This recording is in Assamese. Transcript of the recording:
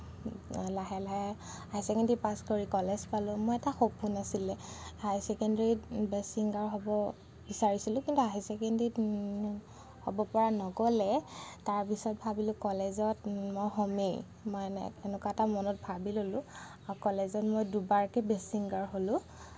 লাহে লাহে হাই ছেকেণ্ডেৰী পাছ কৰি কলেজ পালোঁ মোৰ এটা সপোন আছিলে হাই ছেকেণ্ডেৰীত বেষ্ট ছিংগাৰ হ'ব বিছাৰিছিলোঁ কিন্তু হাই ছেকেণ্ডেৰীত হ'ব পৰা নগ'লে তাৰপিছত ভাবিলোঁ কলেজত মই হ'মেই মই এনেকুৱা এটা মনত ভাবি ল'লোঁ আৰু কলেজত মই দুবাৰকৈ বেষ্ট ছিংগাৰ হ'লোঁ